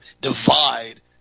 divide